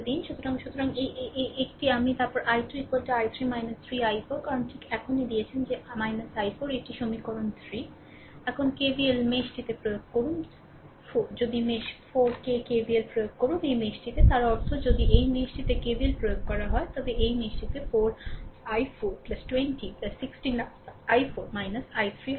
সুতরাং সুতরাং এই এক এটি আমি তারপরে I2 I3 3 i4 কারণ ঠিক এখনই দিয়েছেন যে i4 এটি সমীকরণ 3 এখন KVL মেশ টিতে প্রয়োগ করুন 4 যদি মেশ 4 কে KVL প্রয়োগ করুন এই মেশ তার অর্থ যদি এই মেশ টিতে KVL প্রয়োগ করা হয় তবে এই মেশ টিতে 4 i4 20 16 i4 I3 হবে